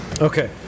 Okay